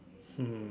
hmm